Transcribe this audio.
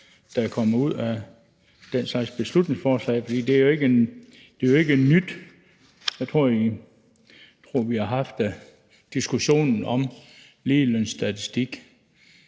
der kommer ud af den slags beslutningsforslag. Det er jo ikke noget nyt, for jeg tror, vi har haft diskussionen om ligelønsstatistik